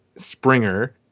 Springer